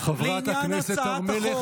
חברת הכנסת הר מלך,